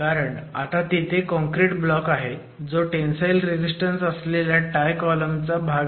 कारण आता तिथे काँक्रिट ब्लॉक आहे जो टेंसाईल रेझीस्टन्स असलेल्या टाय कॉलम चा भाग आहे